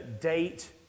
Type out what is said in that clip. date